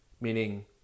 meaning